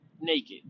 naked